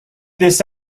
this